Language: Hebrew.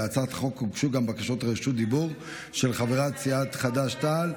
להצעת החוק הוגשו גם בקשות רשות דיבור של חברי סיעת חד"ש-תע"ל,